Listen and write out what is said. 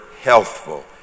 healthful